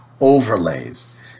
overlays